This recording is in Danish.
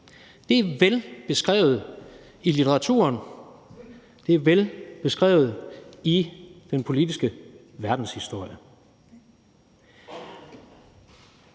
Det er velbeskrevet i litteraturen, og det er velbeskrevet i den politiske verdenshistorie.